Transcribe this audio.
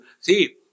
see